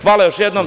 Hvala još jednom.